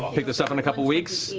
um pick this up in a couple weeks.